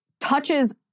touches